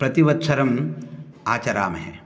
प्रतिवत्सरम् आचरामहे